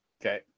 Okay